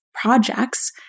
projects